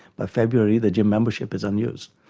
by february the gym membership is unused.